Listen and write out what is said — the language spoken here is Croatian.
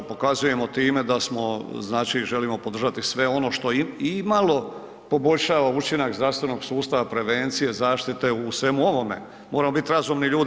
Pokazujemo time da smo, znači želimo podržati sve ono što imalo poboljšava učinak zdravstvenog sustava, prevencije, zaštite u svemu ovome, moramo bit razumni ljudi.